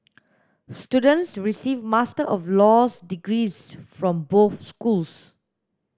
students receive Master of Laws degrees from both schools